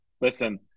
listen